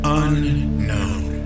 unknown